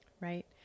right